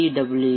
W